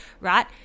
right